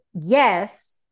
yes